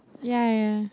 ya ya